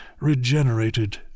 regenerated